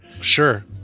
sure